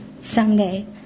someday